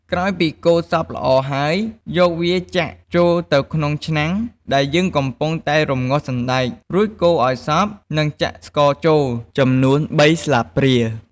ក្រោយពីកូរសព្វល្អហើយ យកវាចាក់ចូលទៅក្នុងឆ្នាំងដែលយើងកំពុងតែរំងាស់សណ្តែក រួចកូរឱ្យសព្វ និងចាក់ស្ករចូល ចំនួន៣ស្លាបព្រា។